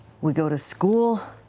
we go to school.